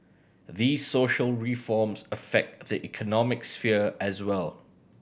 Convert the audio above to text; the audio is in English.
these social reforms affect the economic sphere as well